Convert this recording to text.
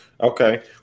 Okay